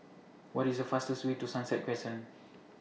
What IS The fastest Way to Sunset Crescent